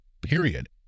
period